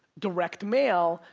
direct mail,